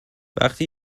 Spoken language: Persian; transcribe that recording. وقتی